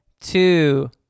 two